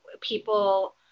people